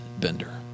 bender